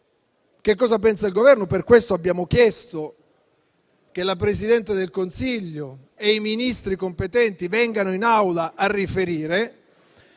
che cosa pensa il Governo, e per questo abbiamo chiesto che la Presidente del Consiglio e i Ministri competenti vengano in Aula a riferire.